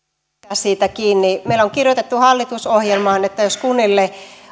siitä kiinni meillä on kirjoitettu hallitusohjelmaan että jos kunnille